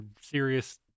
serious